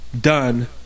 done